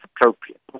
appropriate